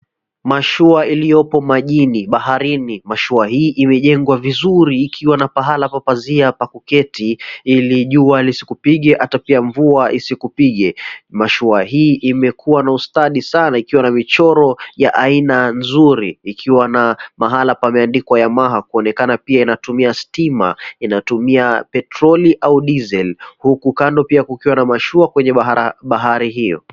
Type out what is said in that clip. Mashua iliyopo majini, baharini, mashua hii imejengwa vizuri ikiwa na pahala pa pazia pa kuketi ili jua lisikupige na hata pia mvua isikupige. Mashua hii imekuwa na ustadii sana ikiwa na michoro ya aina nzuri ikiwa na pahala pameandikwa Yamaha, kuonekana pia inatumia stima, inatumia petroli ama diesel huku kando pia kukiwa na mashua kwenye bahari hiyo.